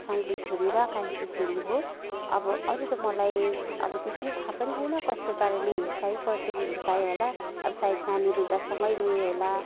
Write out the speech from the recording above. साइली छोरी र कान्छी छोरी हो अब अरू त मलाई अब त्यति थाहा पनि छैन कस्तो पाराले हुर्काएँ कसरी हुर्काएँ होला अब सायद नानी रुँदा सँगै रोएँ होला